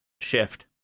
shift